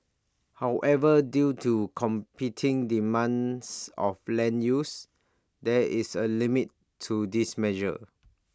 however due to competing demands of land use there is A limit to this measure